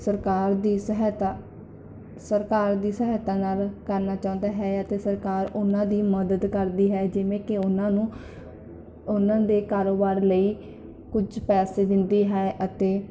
ਸਰਕਾਰ ਦੀ ਸਹਾਇਤਾ ਸਰਕਾਰ ਦੀ ਸਹਾਇਤਾ ਨਾਲ ਕਰਨਾ ਚਾਹੁੰਦਾ ਹੈ ਅਤੇ ਸਰਕਾਰ ਉਹਨਾਂ ਦੀ ਮਦਦ ਕਰਦੀ ਹੈ ਜਿਵੇਂ ਕਿ ਉਹਨਾਂ ਨੂੰ ਉਹਨਾਂ ਦੇ ਕਾਰੋਬਾਰ ਲਈ ਕੁਝ ਪੈਸੇ ਦਿੰਦੀ ਹੈ ਅਤੇ